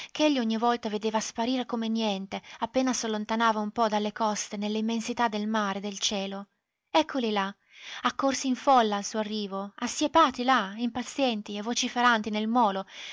terra ch'egli ogni volta vedeva sparire come niente appena s'allontanava un po dalle coste nelle immensità del mare e del cielo eccoli là accorsi in folla al suo arrivo assiepati là impazienti e vociferanti nel molo